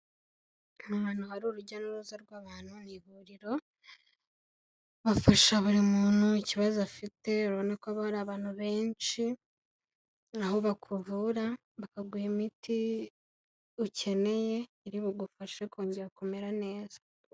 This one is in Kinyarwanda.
Ahantu hari urujya n'uruza rw'abantu mu ivuriro, bafasha buri muntu ikibazo afite, urubona ko haba hari abantu benshi, aho bakuvura bakaguha imiti ukeneye, iri bugufashe kongera kumera neza.